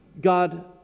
God